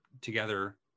together